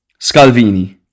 Scalvini